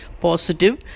positive